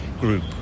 group